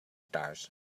stars